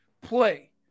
play